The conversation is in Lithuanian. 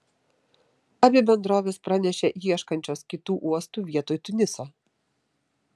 abi bendrovės pranešė ieškančios kitų uostų vietoj tuniso